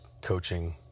coaching